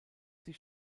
sie